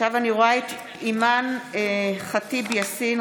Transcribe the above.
אימאן ח'טיב יאסין,